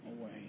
away